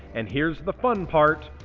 and here's the fun part,